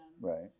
Right